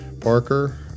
Parker